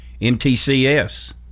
MTCS